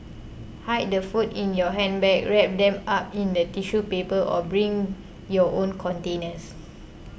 hide the food in your handbag wrap them up in the tissue paper or bring your own containers